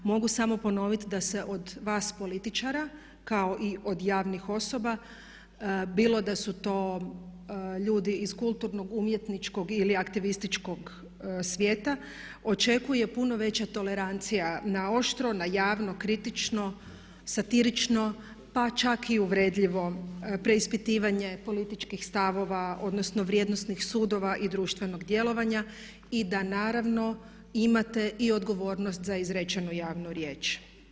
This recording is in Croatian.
Mogu samo ponoviti da se od vas političara kao i od javnih osoba bilo da su to ljudi iz kulturnog, umjetničkog ili aktivističkog svijeta očekuje puno veća tolerancija na oštro, na javno, kritično, satirično pa čak i uvredljivo preispitivanje političkih stavova, odnosno vrijednosnih sudova i društvenog djelovanja i da naravno imate i odgovornost za izrečenu javnu riječ.